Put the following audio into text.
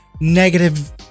negative